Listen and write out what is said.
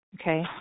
okay